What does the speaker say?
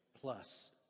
plus